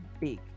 big